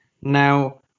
Now